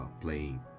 playing